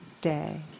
day